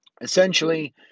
Essentially